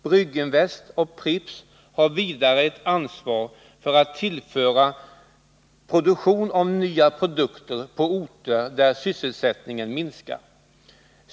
——— Brygginvest och Pripps har vidare ett ansvar för att söka tillföra produktion av nya produkter på orter där sysselsättningen minskar.